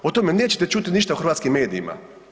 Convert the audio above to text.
O tome nećete čuti ništa u hrvatskim medijima.